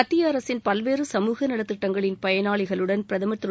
மத்திய அரசின் பல்வேறு சமூக நலத்திட்டங்களின் பயனாளிகளுடன் பிரதமா் திரு